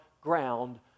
ground